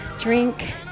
drink